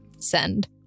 Send